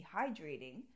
dehydrating